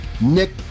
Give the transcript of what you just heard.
Nick